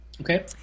Okay